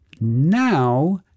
Now